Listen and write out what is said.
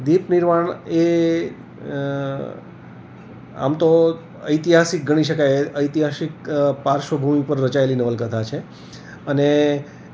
દીપ નિર્વાણ એ આમ તો ઐતિહાસિક ગણી શકાય ઐતિહાસિક પાર્શ્વ ભૂમિ ઉપર રચાયેલી નવલકથા છે અને